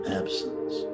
absence